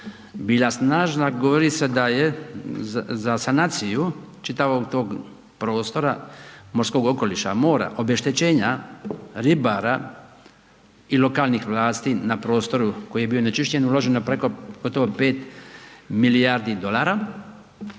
bila snažna govori se da je za sanaciju čitavog tog prostora morskog okoliša, mora, obeštećenja ribara i lokalnih vlasti na prostoru koji je bio onečišćen uloženo preko gotovo 5 milijardi dolara,